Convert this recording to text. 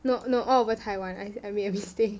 no no all over Taiwan I made a mistake